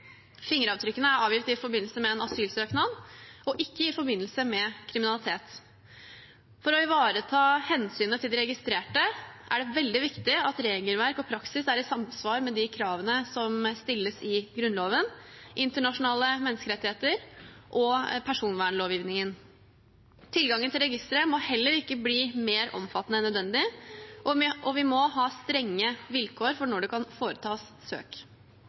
fingeravtrykkene er avgitt i forbindelse med en asylsøknad, ikke i forbindelse med kriminalitet. For å ivareta hensynet til de registrerte er det veldig viktig at regelverk og praksis er i samsvar med de kravene som stilles i Grunnloven, internasjonale menneskerettigheter og personvernlovgivningen. Tilgangen til registeret må heller ikke bli mer omfattende enn nødvendig, og vi må ha strenge vilkår for når det kan foretas søk.